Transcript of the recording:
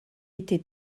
était